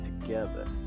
together